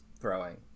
throwing